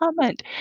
comment